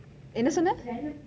என்ன சொன்னேன்